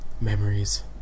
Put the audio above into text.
Memories